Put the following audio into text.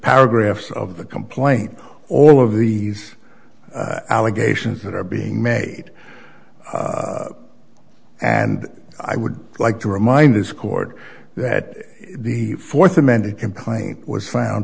paragraphs of the complaint all of these allegations that are being made and i would like to remind this court that the fourth amended complaint was found